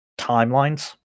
timelines